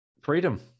Freedom